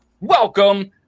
Welcome